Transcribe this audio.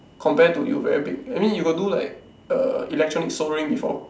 compare to you very big I mean you got do like uh electronic soldering before